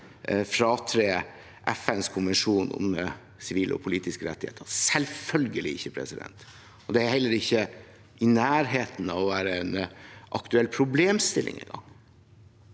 fratre FNs konvensjon om sivile og politiske rettigheter – selvfølgelig ikke. Det er heller ikke i nærheten av å være en aktuell problemstilling engang.